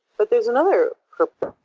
but there is another purpose,